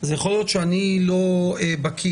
אז יכול להיות שאני לא בקיא,